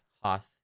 hoth